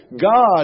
God